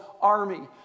army